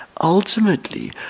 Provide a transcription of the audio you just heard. ultimately